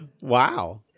wow